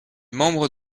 membres